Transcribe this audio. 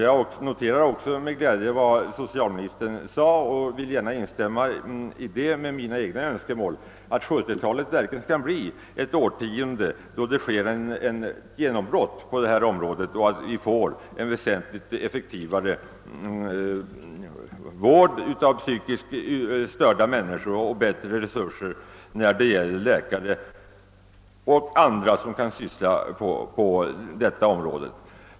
Jag noterar också vad socialministern sade och vill gärna, med utgångspunkt i mina egna önskemål, instämma i förhoppningen att 1970-talet verkligen skall bli ett årtionde då det sker ett genombrott på detta område och vi får en väsentligt effektivare vård av psykiskt sjuka människor samt bättre resurser när det gäller läkare och andra som, t.ex. psykoterapeuter, kan verka på området.